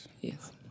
Yes